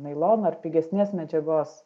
nailono ar pigesnės medžiagos